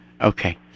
Okay